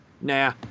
Nah